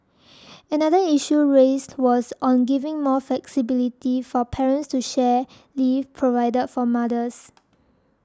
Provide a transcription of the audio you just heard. another issue raised was on giving more flexibility for parents to share leave provided for mothers